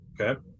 okay